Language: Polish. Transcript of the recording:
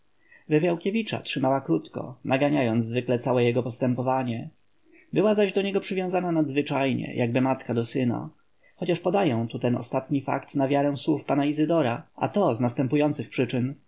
wywiałkiewicza trzymała krótko naganiając zwykle całe jego postępowanie była zaś do niego przywiązana nadzwyczajnie jakby matka do syna chociaż podaję tu ten ostatni fakt na wiarę słów pana izydora a to z następujących przyczyn